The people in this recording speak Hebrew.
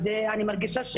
אז אני מרגישה,